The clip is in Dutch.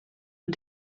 een